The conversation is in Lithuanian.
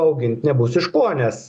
augint nebus iš ko nes